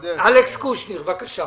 אלכס קושניר, בבקשה.